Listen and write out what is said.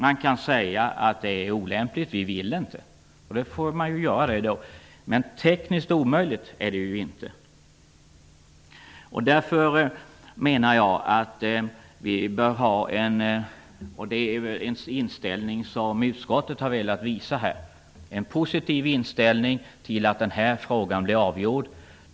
Man kan säga att det är olämpligt och att man inte vill införa detta, och det får man då göra. Men tekniskt omöjligt är det inte. Jag menar att vi bör ha en positiv inställning -- och det är den inställning som utskottet har velat visa -- till att denna fråga blir avgjord.